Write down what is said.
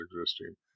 existing